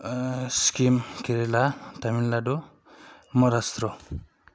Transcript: Sikkim Kerala Tamil Nadu Maharashtra